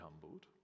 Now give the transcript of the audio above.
humbled